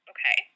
Okay